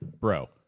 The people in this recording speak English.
bro